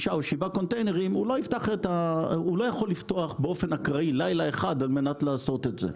6 או 7 קונטיינרים לא יכול לפתוח באופן אקראי לילה אחד כדי לעשות את זה.